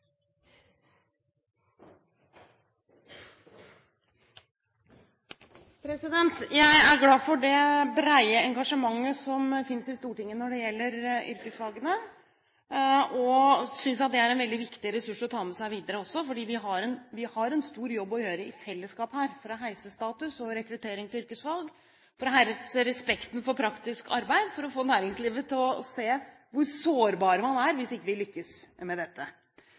Jeg er glad for det brede engasjementet som finnes i Stortinget når det gjelder yrkesfagene. Jeg synes det er en veldig viktig ressurs å ta med seg videre også, fordi vi her har en stor jobb å gjøre i fellesskap for å heve status og rekruttering til yrkesfag, for å heve respekten for praktisk arbeid, for å få næringslivet til å se hvor sårbar man er hvis ikke vi lykkes med dette.